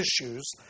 issues